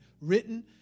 written